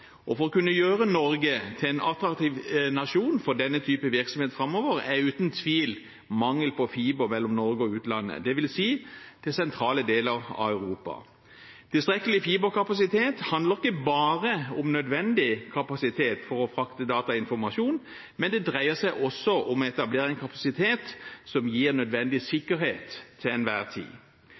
for å kunne gjøre Norge til en attraktiv nasjon for denne type virksomhet framover er uten tvil mangel på fiberforbindelse mellom Norge og utlandet, dvs. til sentrale deler av Europa. Tilstrekkelig fiberkapasitet handler ikke bare om nødvendig kapasitet for å frakte datainformasjon, det dreier seg også om å etablere en kapasitet som til enhver tid gir nødvendig sikkerhet.